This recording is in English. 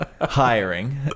hiring